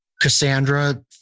Cassandra